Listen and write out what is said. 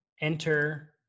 enter